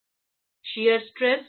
raw shear stress